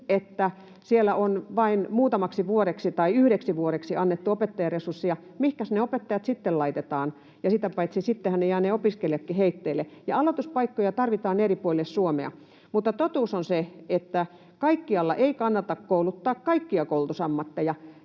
että siellä on vain muutamaksi vuodeksi tai yhdeksi vuodeksi annettu opettajaresurssia. Mihinkäs ne opettajat sitten laitetaan? Ja sitä paitsi sittenhän ne opiskelijatkin jäävät heitteille. Aloituspaikkoja tarvitaan eri puolille Suomea, mutta totuus on se, että kaikkialla ei kannata kouluttaa kaikkia koulutusammatteja.